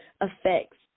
affects